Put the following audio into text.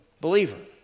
believer